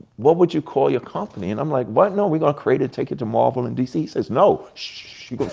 what would you call your company? and i'm like, what? no, we gonna create it, take it to marvel and dc. he says, no, shh, you gonna shh.